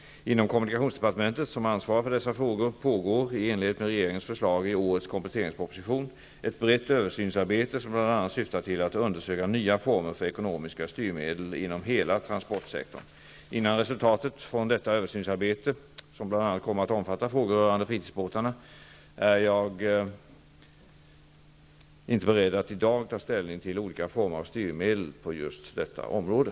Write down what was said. Inom kommunikationsdepartementet -- som ansvarar för dessa frågor -- pågår, i enlighet med regeringens förslag i årets kompletteringsproposition, ett brett översynsarbete som bl.a. syftar till att undersöka nya former för ekonomiska styrmedel inom hela transportsektorn. Innan resultatet kommer från detta översynsarbete, som bl.a. kommer att omfatta frågor rörande fritidsbåtarna, är jag inte beredd att i dag ta ställning till olika former av styrmedel på just detta område.